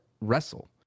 wrestle